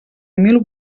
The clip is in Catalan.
mil